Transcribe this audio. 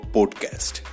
Podcast